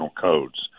codes